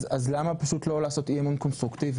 אז למה פשוט לא לעשות אי אמון קונסטרוקטיבי?